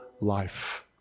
life